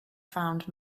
found